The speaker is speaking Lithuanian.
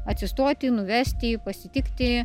atsistoti nuvesti į jį pasitikti